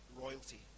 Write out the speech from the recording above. royalty